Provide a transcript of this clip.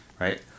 Right